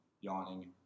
yawning